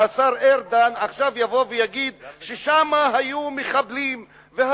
השר ארדן עכשיו יבוא ויגיד שהיו שם מחבלים,